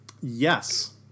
Yes